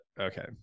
okay